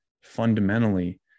fundamentally